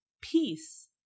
peace